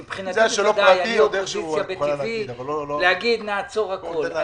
מבחינתי, הוא להגיד: נעצור הכול.